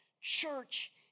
church